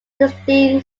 sixteen